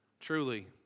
Truly